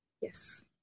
yes